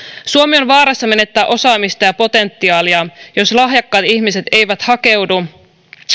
suomi on vaarassa menettää osaamista ja potentiaaliaan jos lahjakkaat ihmiset eivät hakeudu